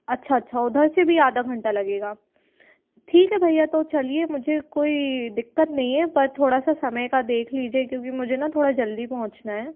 अच्छा अच्छा उधर से भी आधा घंटा लगेगा ठीक है भइया तो चलिए मुझे कोई दिक्कत नई है पर थोड़ा सा समय का देख लीजिए क्योंकि मुझे ना थोड़ा जल्दी पहुँचना है